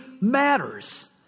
matters